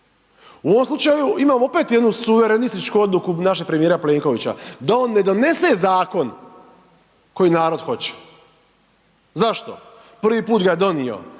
U ovom slučaju imamo opet jednu suverenističku odluku našeg premijera Plenkovića, da on ne donese zakon koji narod hoće. Zašto? Prvi put ga je donio